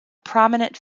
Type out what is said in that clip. prominent